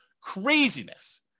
Craziness